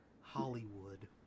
Hollywood